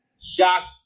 shocked